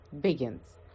begins